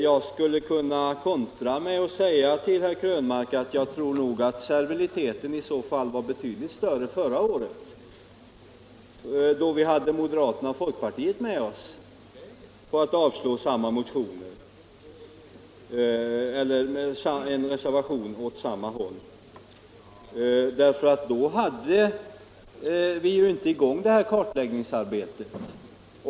Jag skulle kunna kontra med att säga till herr Krönmark att jag tror att serviliteten var betydligt större förra året, då vi hade moderaterna och folkpartiet med oss om att avslå en reservation med liknande syfte som denna. Då hade vi nämligen inte detta kartläggningsarbete i gång.